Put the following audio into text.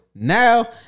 Now